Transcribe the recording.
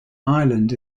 island